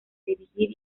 dirigir